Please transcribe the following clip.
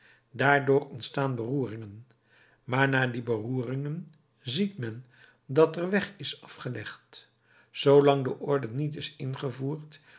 daardoor ontstaan beroeringen maar na die beroeringen ziet men dat er weg is afgelegd zoolang de orde niet is ingevoerd